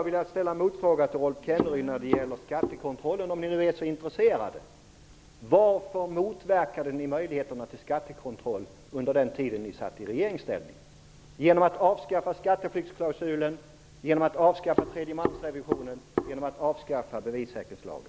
Sedan en motfråga om skattekontrollen till Rolf Kenneryd, om ni nu är så intresserade: Varför motverkade ni under er tid i regeringsställning möjligheterna till skattekontroll genom att avskaffa skatteflyktsklausulen, tredjemansrevisionen och bevissäkringslagen?